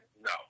No